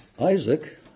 Isaac